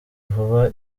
vuba